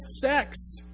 sex